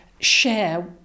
share